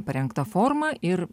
parengta forma ir